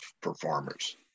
performers